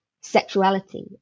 sexuality